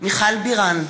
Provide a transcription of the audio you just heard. מיכל בירן,